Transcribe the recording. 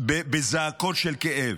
בזעקות של כאב,